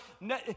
no